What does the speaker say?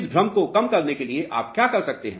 तो इस भ्रम को कम करने के लिए आप क्या कर सकते हैं